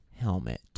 helmet